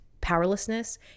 powerlessness